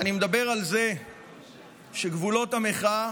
ואני מדבר על זה שגבולות המחאה